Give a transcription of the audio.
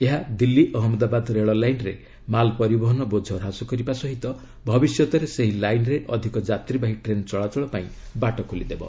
ଏହା ଦିଲ୍ଲୀ ଅହନ୍ମଦାବାଦ ରେଳ ଲାଇନ୍ରେ ମାଲ୍ ପରିବହନ ବୋଝ ହ୍ରାସ କରିବା ସହ ଭବିଷ୍ୟତରେ ସେହି ଲାଇନ୍ରେ ଅଧିକ ଯାତ୍ରୀବାହି ଟ୍ରେନ୍ ଚଳାଚଳ ପାଇଁ ବାଟ ଖୋଲିଦେବ